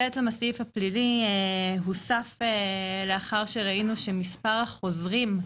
בעצם הסעיף הפלילי הוסף לאחר שראינו שמספר החוזרים,